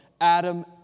Adam